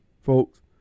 Folks